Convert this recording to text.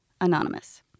anonymous